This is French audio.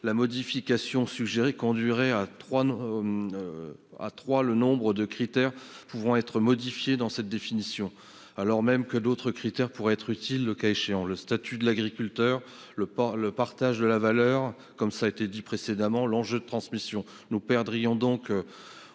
la modification suggérée réduirait à trois le nombre de critères pouvant être inclus dans cette définition, alors que d'autres critères pourraient être utiles le cas échéant : le statut de l'agriculteur, le partage de la valeur, ou encore l'enjeu de la transmission. Nous perdrions donc